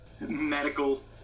Medical